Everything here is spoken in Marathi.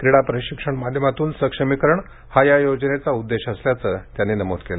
क्रीडा प्रशिक्षण माध्यमातून सक्षमीकरण हा या योजनेचा उद्देश असल्याचे त्यांनी यावेळी नमूद केले